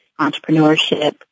entrepreneurship